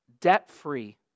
debt-free